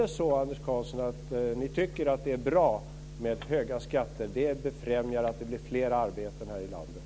Tycker ni att det är bra med höga skatter, Anders Karlsson, att det befrämjar fler arbeten i landet?